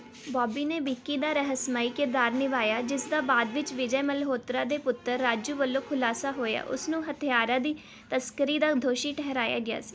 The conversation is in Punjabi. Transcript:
ਬੌਬੀ ਨੇ ਵਿੱਕੀ ਦਾ ਰਹੱਸਮਈ ਕਿਰਦਾਰ ਨਿਭਾਇਆ ਜਿਸ ਦਾ ਬਾਅਦ ਵਿੱਚ ਵਿਜੈ ਮਲਹੋਤਰਾ ਦੇ ਪੁੱਤਰ ਰਾਜੂ ਵਲੋਂ ਖੁਲਾਸਾ ਹੋਇਆ ਉਸ ਨੂੰ ਹਥਿਆਰਾਂ ਦੀ ਤਸਕਰੀ ਦਾ ਦੋਸ਼ੀ ਠਹਿਰਾਇਆ ਗਿਆ ਸੀ